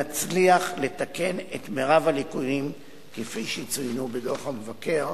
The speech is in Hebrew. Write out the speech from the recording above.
נצליח לתקן את מירב הליקויים שצוינו בדוח המבקר.